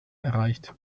erreicht